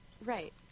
Right